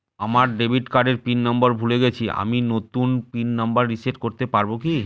আমার ডেবিট কার্ডের PIN number ভুলে গেছি আমি নূতন পিন নম্বর রিসেট করতে পারবো কি?